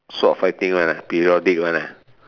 sword fighting lah periodic lah